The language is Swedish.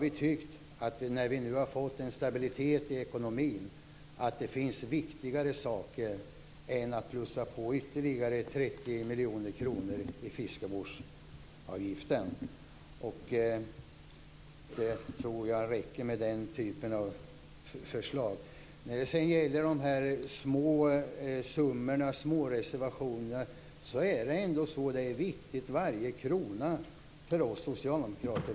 Vi tycker att när vi nu har fått en stabilitet i ekonomin så finns det viktigare saker att göra än att plussa på ytterligare 30 miljoner kronor i fiskevårdsavgift. Jag tror att det räcker med den typen av förslag. Så till småsummorna, småreservationerna. Varje krona är viktig för oss socialdemokrater.